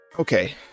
okay